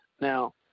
Now